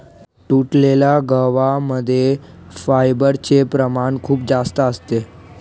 तुटलेल्या गव्हा मध्ये फायबरचे प्रमाण खूप जास्त असते